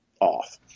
off